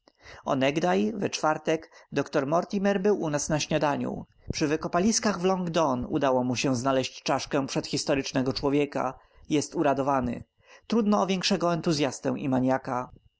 onegdaj we czwartek doktor mortimer był u nas na śniadaniu przy wykopaliskach w long dawn udało mu się znaleźć czaszkę przedhistorycznego człowieka jest uradowany trudno o większego entuzyastę i maniaka